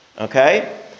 Okay